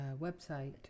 website